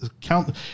count